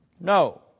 No